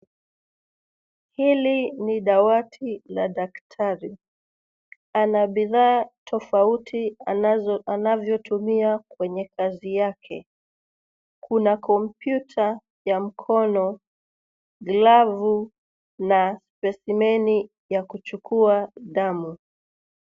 Hili ni dawati la daktari, ana bidhaa tofauti anavyotumia kwenye kazi yake. Kuna kompyuta ya mkono, glovu na spesimeni ya kuchukua damu.